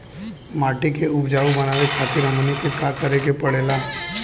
माटी के उपजाऊ बनावे खातिर हमनी के का करें के पढ़ेला?